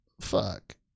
fuck